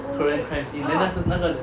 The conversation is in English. korean crime scene then 那时那个